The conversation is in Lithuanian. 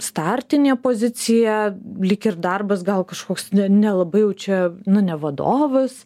startinė pozicija lyg ir darbas gal kažkoks nelabai jau čia nu ne vadovas